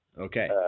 Okay